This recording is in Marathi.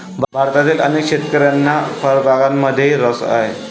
भारतातील अनेक शेतकऱ्यांना फळबागांमध्येही रस आहे